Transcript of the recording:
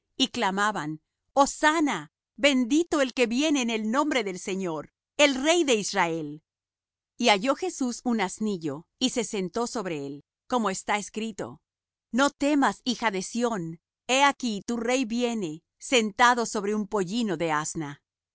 y clamaban hosanna bendito el que viene en el nombre del señor el rey de israel y halló jesús un asnillo y se sentó sobre él como está escrito no temas hija de sión he aquí tu rey viene sentado sobre un pollino de asna